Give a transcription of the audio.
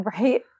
right